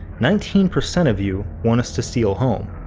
nineteen percent of you, want us to steal home.